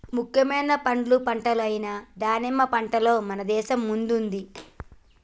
ముఖ్యమైన పండ్ల పంటలు అయిన దానిమ్మ పంటలో మన దేశం ముందుంది